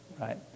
right